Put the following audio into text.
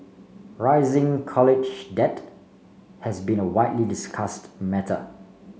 rising college debt has been a widely discussed matter